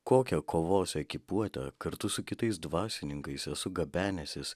kokią kovos ekipuotę kartu su kitais dvasininkais esu gabenęsis